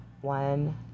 One